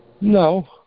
No